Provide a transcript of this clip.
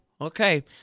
Okay